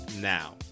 now